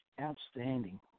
Outstanding